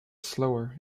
slower